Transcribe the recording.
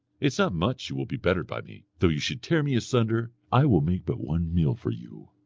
it's not much you will be bettered by me, though you should tear me asunder i will make but one meal for you.